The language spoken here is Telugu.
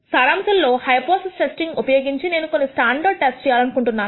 సారాంశము లో హైపోథిసిస్ టెస్టింగ్ఉపయోగించి నేను కొన్ని స్టాండర్డ్ టెస్ట్స్ చేయాలనుకుంటున్నాను